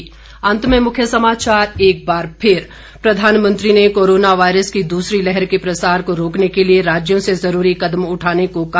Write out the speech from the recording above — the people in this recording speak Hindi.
अंत में मुख्य समाचार एक बार फिर प्रधानमंत्री ने कोरोना वायरस की दूसरी लहर के प्रसार को रोकने के लिए राज्यों से जरूरी कदम उठाने को कहा